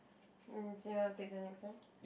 um so you wanna pick the next one